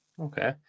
Okay